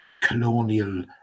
colonial